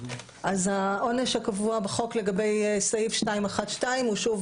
אז העונש הקבוע בחוק לגבי סעיף 212 הוא שוב,